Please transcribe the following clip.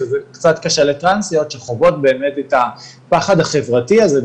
אבל זה קצת קשה לטרנסיות שחוות באמת את הפחד החברתי הזה,